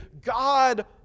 God